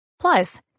Plus